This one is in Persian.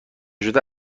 شده